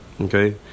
okay